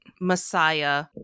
messiah